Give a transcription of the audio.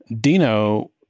Dino